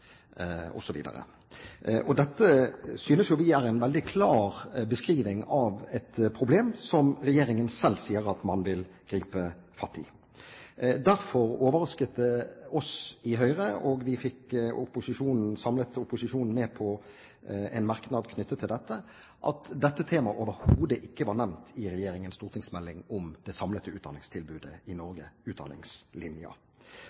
Dette synes jo vi er en veldig klar beskrivelse av et problem som regjeringen selv sier at den vil gripe fatt i. Derfor overrasket det oss i Høyre – og vi fikk en samlet opposisjon med på en merknad knyttet til dette – at dette temaet overhodet ikke var nevnt i regjeringens stortingsmelding om det samlede utdanningstilbudet i